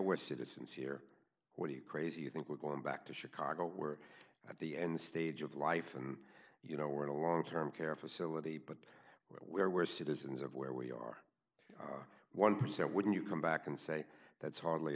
were citizens here what are you crazy you think we're going back to chicago we're at the end stage of life and you know we're in a long term care facility but where we're citizens of where we are one percent wouldn't you come back and say that's hardly